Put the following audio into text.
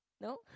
No